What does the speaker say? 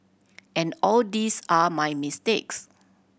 and all these are my mistakes